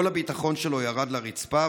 כל הביטחון שלו ירד לרצפה.